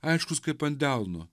aiškus kaip ant delno